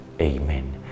Amen